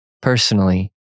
Personally